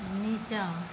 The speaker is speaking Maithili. नीचाँ